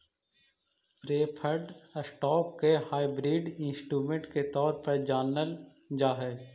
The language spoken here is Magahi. प्रेफर्ड स्टॉक के हाइब्रिड इंस्ट्रूमेंट के तौर पर जानल जा हइ